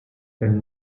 elles